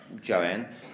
Joanne